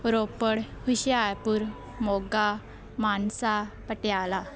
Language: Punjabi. ਰੋਪੜ ਹੁਸ਼ਿਆਰਪੁਰ ਮੋਗਾ ਮਾਨਸਾ ਪਟਿਆਲਾ